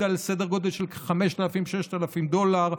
על סדר גודל של כ-5,000 6,000 דולר,